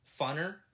funner